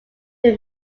they